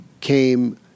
came